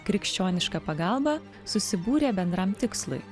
krikščioniška pagalba susibūrė bendram tikslui